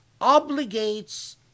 obligates